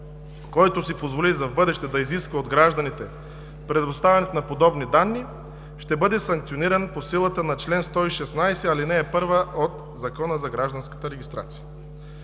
който си позволи за в бъдеще да изисква от гражданите предоставянето на подобни данни, ще бъде санкциониран по силата на чл. 116, ал. 1 от Закона за гражданската регистрация.